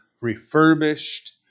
refurbished